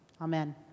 Amen